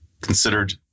considered